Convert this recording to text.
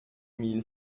mille